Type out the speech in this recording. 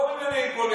לא ממניעים פוליטיים.